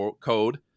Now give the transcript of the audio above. code